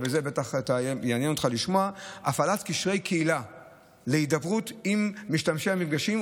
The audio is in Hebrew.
שבטח יעניין אותך לשמוע: הפעלת קשרי קהילה להידברות עם משתמשי המפגשים,